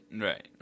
Right